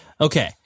okay